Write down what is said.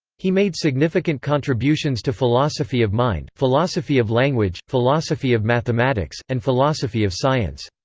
he made significant contributions to philosophy of mind, philosophy of language, philosophy of mathematics, and philosophy of science.